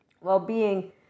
well-being